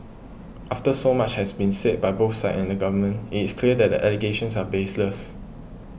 after so much has been said by both sides and the Government it's clear that the allegations are baseless